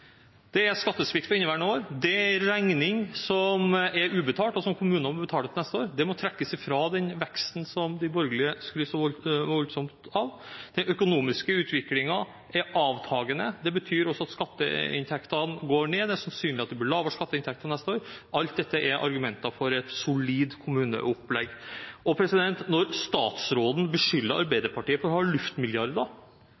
Det er skattesvikt for inneværende år. Det er en regning som er ubetalt, og som kommunene må betale til neste år. Det må trekkes fra den veksten som de borgerlige skryter så voldsomt av. Den økonomiske utviklingen er avtagende. Det betyr også at skatteinntektene går ned. Det er sannsynlig at det blir lavere skatteinntekter neste år. Alt dette er argumenter for et solid kommuneopplegg. Når statsråden beskylder